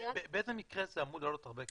באיזה מקרה זה אמור לעלות הרבה כסף?